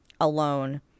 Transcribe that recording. alone